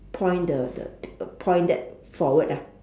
point the the point that forward ah